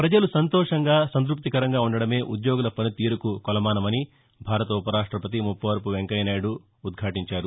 ప్రజలు సంతోషంగా సంత్పప్తికరంగా ఉండడమే ఉద్యోగుల పనితీరుకు కొలమానమని భారత ఉపరాష్టపతి ముప్పవరపు వెంకయ్య నాయుడు ఉద్యాదించారు